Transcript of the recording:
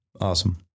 Awesome